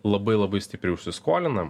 labai labai stipriai užsiskolinam